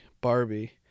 Barbie